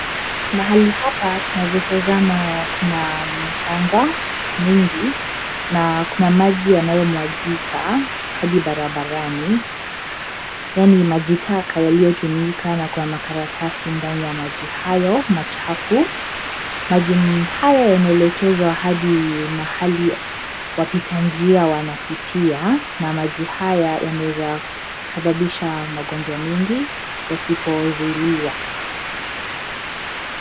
Mahali hapa tunaeza tazama kuna mchanga mwingi na kuna maji yanayomwagika hadi barabarani, yaani maji taka yaliyotumika na kuna makaratasi ndani ya maji hayo machafu. Maji haya yanaelekezwa hadi mahali wapita njia wanapitia na maji haya yanaeza sababaisha magonjwa mengi yasipozuiliwa.